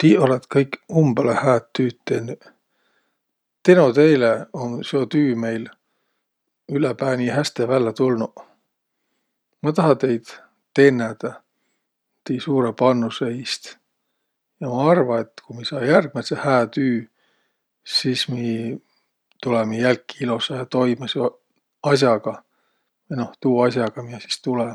Tiiq olõt kõik umbõlõ hääd tüüd tennüq. Teno teile um seo tüü meil ülepää nii häste vällä tulnuq. Ma taha teid tennädäq tiiq suurõ pannusõ iist ja ma arva, et ku mi saa järgmädse hää tüü, sis mi tulõmiq jälki ilosahe toimõ seo as'aga ja noh, tuu as'aga, miä sis tulõ.